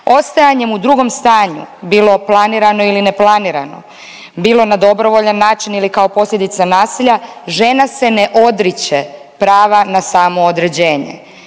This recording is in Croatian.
Ostajanjem u drugom stanju, bilo planirano ili neplanirano, bilo na dobrovoljan način ili kao posljedica nasilja žena se ne odriče prava na samoodređenje.